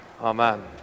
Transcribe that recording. amen